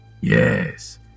Yes